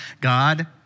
God